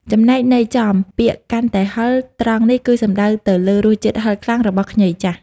ចំណែកន័យចំ ពាក្យ កាន់តែហឹរ ត្រង់នេះគឺសំដៅទៅលើ រសជាតិហឹរខ្លាំង របស់ខ្ញីចាស់។